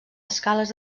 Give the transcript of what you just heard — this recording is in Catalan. escales